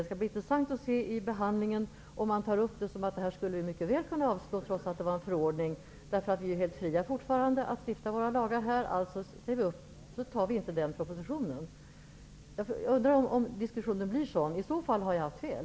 Det skall bli intressant att se om man i behandlingen säger att vi mycket väl skulle kunna avslå propositionen trots att det gäller en förordning, eftersom vi ju fortfarande är helt fria att stifta våra lagar och alltså kan bestämma oss för att inte anta den propositionen. Jag undrar om diskussionen blir sådan. I så fall har jag haft fel.